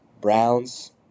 Browns